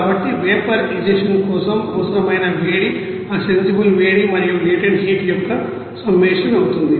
కాబట్టి vaporisation కోసం అవసరమైన వేడి ఆ సెన్సిబుల్ వేడి మరియు లేటెంట్ హీట్ యొక్క సమ్మషన్ అవుతుంది